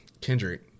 Kendrick